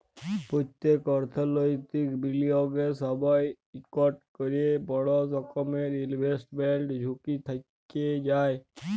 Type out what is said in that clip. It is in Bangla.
প্যত্তেক অথ্থলৈতিক বিলিয়গের সময়ই ইকট ক্যরে বড় রকমের ইলভেস্টমেল্ট ঝুঁকি থ্যাইকে যায়